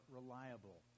reliable